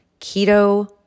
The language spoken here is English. keto